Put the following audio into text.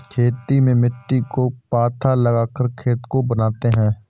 खेती में मिट्टी को पाथा लगाकर खेत को बनाते हैं?